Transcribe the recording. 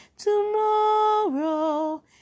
tomorrow